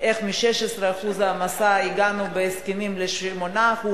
איך מ-16% העמסה הגענו בהסכמים ל-8%,